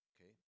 Okay